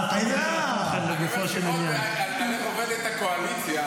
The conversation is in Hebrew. אני אומר שיחות על איך עובדת הקואליציה